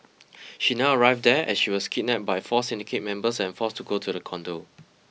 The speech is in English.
she never arrived there as she was kidnapped by four syndicate members and forced to go to the condo